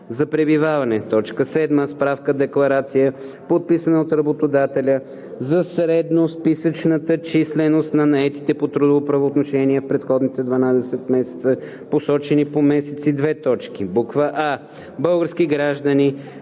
за пребиваване; 7. справка-декларация, подписана от работодателя за средносписъчната численост на наетите по трудово правоотношение в предходните 12 месеца, посочени по месеци: а) български граждани,